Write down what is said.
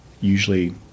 usually